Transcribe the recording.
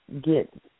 get